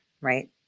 right